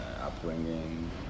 upbringing